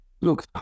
look